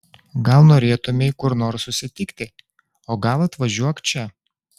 gal norėtumei kur nors susitikti o gal atvažiuok čia